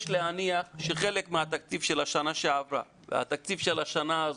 יש להניח שחלק מהתקציב של השנה שעברה והתקציב של השנה הזאת,